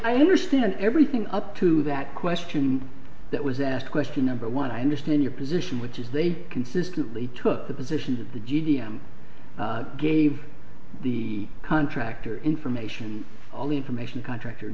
i understand everything up to that question that was asked question number one i understand your position which is they consistently took the positions of the g d m gave the contractor information all the information contractor